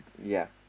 ya